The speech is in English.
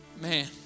Man